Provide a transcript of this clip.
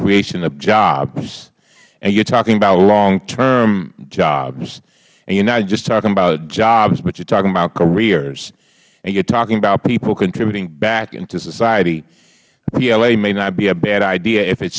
creation of jobs and you are talking about long term jobs and you are not just talking about jobs but you are talking about careers and you are talking about people contributing back into society a pla may not be a bad idea if it